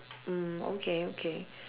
mm okay okay